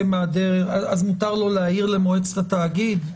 מהדרך - אז מותר לו להעיר למועצת התאגיד.